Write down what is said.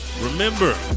Remember